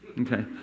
Okay